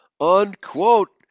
unquote